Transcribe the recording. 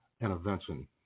intervention